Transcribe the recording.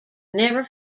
never